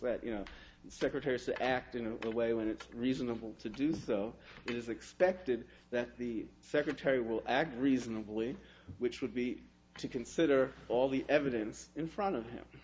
that you know secretary act in a way when it's reasonable to do so it is expected that the secretary will act reasonably which would be to consider all the evidence in front of him